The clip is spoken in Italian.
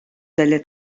delle